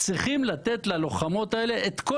לבנות צריכים לתת ללוחמות האלה את כל